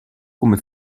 come